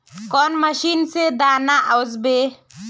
कौन मशीन से दाना ओसबे?